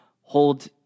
hold